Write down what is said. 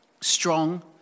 strong